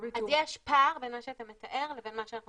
אז יש פער בין מה שאתה מתאר לבין מה שאנחנו